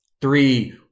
three